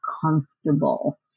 comfortable